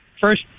First